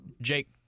Jake